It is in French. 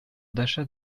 d’achat